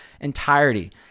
entirety